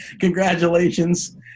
congratulations